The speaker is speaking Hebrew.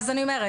אז אני אומרת,